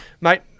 Mate